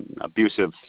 abusive